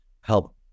help